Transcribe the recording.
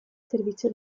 servizio